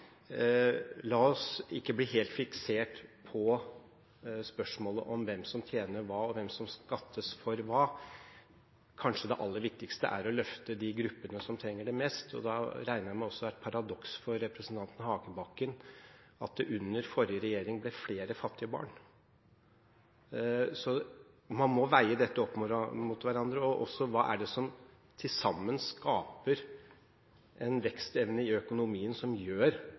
la oss ikke bli helt fiksert på spørsmålet om hvem som tjener hva, og hvem som skattes for hva. Kanskje det aller viktigste er å løfte de gruppene som trenger det mest. Da regner jeg med at det også er et paradoks for representanten Hagebakken at det under forrige regjering ble flere fattige barn. Man må veie dette opp mot hverandre. Hva er det som til sammen skaper en vekstevne i økonomien som gjør